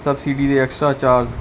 subsidy ਦਾ extra charge